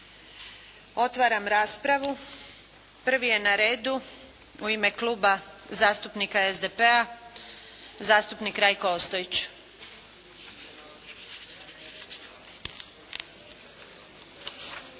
Otvaram raspravu. Prvi je na redu u ime Kluba zastupnik SDP-a, zastupnik Rajko Ostojić.